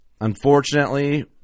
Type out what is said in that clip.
unfortunately